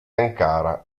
ankara